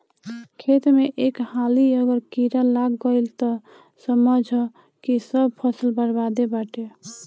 खेत में एक हाली अगर कीड़ा लाग गईल तअ समझअ की सब फसल बरबादे बाटे